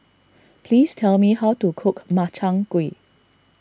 please tell me how to cook Makchang Gui